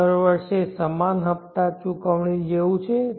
તે દર વર્ષે સમાન હપતા ચુકવણી જેવું છે